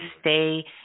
stay